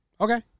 okay